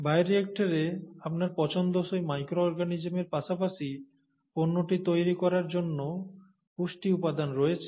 বায়োরিয়্যাক্টরে আপনার পছন্দসই মাইক্রো অর্গানিজমের পাশাপাশি পণ্যটি তৈরি করার জন্য পুষ্টি উপাদান রয়েছে